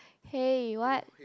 hey what